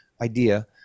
idea